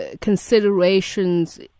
considerations